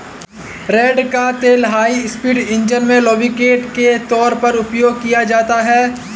रेड़ का तेल high speed engine में लुब्रिकेंट के तौर पर उपयोग किया जाता है